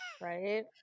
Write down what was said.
Right